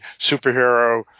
superhero